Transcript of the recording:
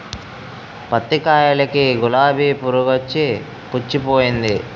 పత్తి కాయలకి గులాబి పురుగొచ్చి పుచ్చిపోయింది